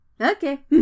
Okay